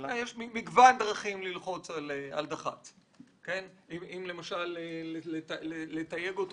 יש מגוון דרכים ללחוץ על דח"צ, כמו לתייג אותו